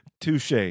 touche